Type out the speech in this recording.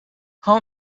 how